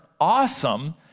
awesome